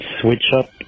switch-up